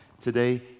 today